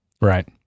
Right